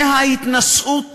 מההתנשאות